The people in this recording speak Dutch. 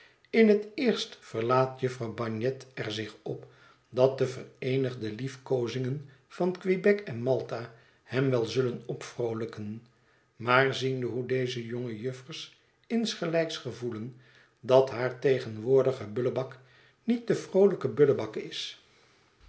in het eerst verlaat jufvrouw bagnet er zich op dat de vereenigde liefkoozingen van quebec en malta hem wel zullen opvrooiijken maar ziende hoe deze jonge juffers insgelijks gevoelen dat haar tegenwoordige bullebak niet de vroolijke bullebak is